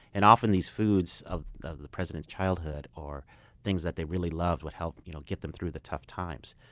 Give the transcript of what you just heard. and often, these foods of the president's childhood or things that they really loved would help you know get them through the tough times.